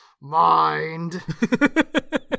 mind